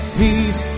peace